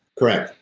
correct.